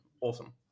awesome